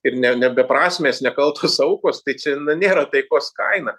ir ne ne beprasmės nekaltos aukos tai čia nėra taikos kaina